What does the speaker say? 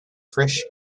frisch